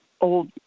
old